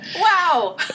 Wow